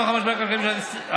נוכח המשבר הכלכלי של 2002,